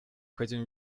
хотим